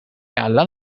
allan